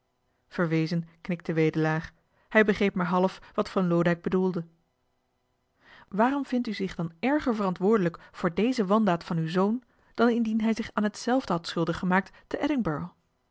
verwezen knikte wedelaar hij begreep maar half wat van loodijck bedoelde waarom vindt u zich dan erger verantwoordelijk voor deze wandaad van uw zoon dan indien hij zich aan hetzelfde had schuldig gemaakt te